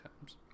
times